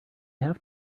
have